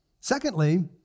Secondly